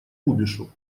кубишу